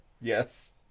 Yes